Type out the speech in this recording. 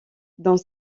dans